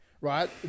right